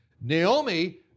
Naomi